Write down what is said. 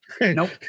Nope